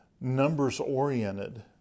numbers-oriented